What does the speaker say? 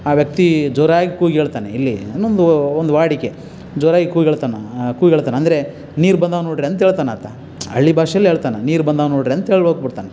ಆ ವ್ಯಕ್ತಿ ಜೋರಾಗಿ ಕೂಗಿ ಹೇಳ್ತಾನೆ ಇಲ್ಲಿ ಇನ್ನೊಂದು ಒಂದು ವಾಡಿಕೆ ಜೋರಾಗಿ ಕೂಗಿ ಹೇಳ್ತಾನ ಕೂಗಿ ಹೇಳ್ತಾನ್ ಅಂದರೆ ನೀರು ಬಂದಾವೆ ನೋಡಿರಿ ಅಂತ ಹೇಳ್ತಾನ್ ಆತ ಹಳ್ಳಿ ಭಾಷೆಲ್ಲಿ ಹೇಳ್ತಾನ ನೀರು ಬಂದಾವೆ ನೋಡಿರಿ ಅಂತೇಳಿ ಹೋಗ್ಬಿಡ್ತಾನ